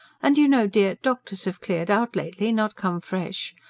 and you know, dear, doctors have cleared out lately, not come fresh.